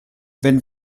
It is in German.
wenn